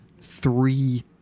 three